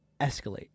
escalate